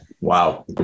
wow